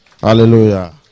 Hallelujah